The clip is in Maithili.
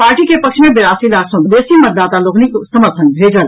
पार्टी के पक्ष मे बेरासी लाख सॅ बेसी मतदाता लोकनिक समर्थन भेटल